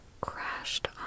crashed